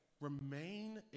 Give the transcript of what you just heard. remain